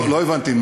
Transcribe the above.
לא הבנתי.